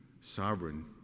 sovereign